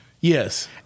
Yes